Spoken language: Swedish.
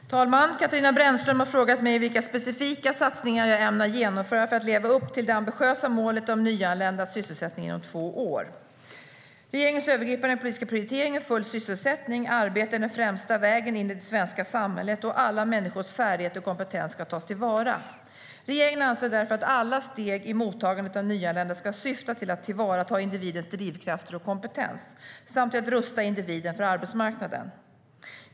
Herr talman! Katarina Brännström har frågat mig vilka specifika satsningar jag ämnar genomföra för att leva upp till det ambitiösa målet om nyanländas sysselsättning inom två år. Regeringens övergripande politiska prioritering är full sysselsättning. Arbete är den främsta vägen in i det svenska samhället, och alla människors färdigheter och kompetens ska tas till vara. Regeringen anser därför att alla steg i mottagandet av nyanlända ska syfta till att tillvarata individens drivkrafter och kompetens samt till att rusta individen för arbetsmarknaden.